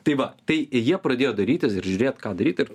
tai va ta ir jie pradėjo dairytis ir žiūrėt ką daryt ir